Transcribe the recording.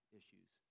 issues